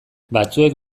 batzuek